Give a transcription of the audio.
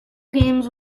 games